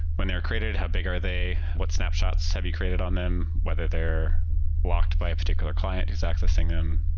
when they're created, how big are they? what snapshots have you created on them? whether they're blocked by a particular client who's accessing them.